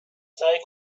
سعی